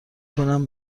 کنم